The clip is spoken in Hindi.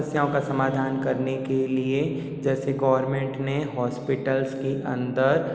समस्याओं का समाधान करने के लिए जैसे गवरमेंट ने हॉस्पिटल्स के अंदर